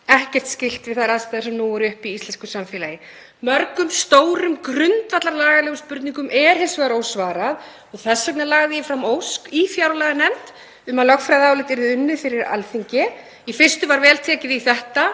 ekkert skylt við þær aðstæður sem nú eru uppi í íslensku samfélagi. Mörgum stórum grundvallarspurningum er varða lögin er hins vegar ósvarað og þess vegna lagði ég fram ósk í fjárlaganefnd um að lögfræðiálit yrði unnið fyrir Alþingi. Í fyrstu var vel tekið í þetta